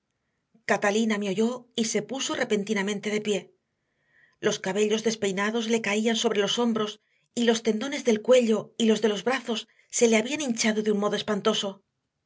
catalina me oyó y se puso repentinamente de pie los cabellos despeinados le caían sobre los hombros y los tendones del cuello y de los brazos se le habían hinchado de un modo espantoso